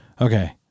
Okay